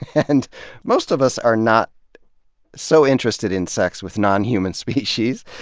and most of us are not so interested in sex with non-human species.